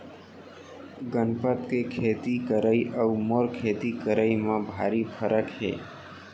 गनपत के खेती करई अउ मोर खेती करई म भारी फरक हे